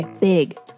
big